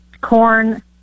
corn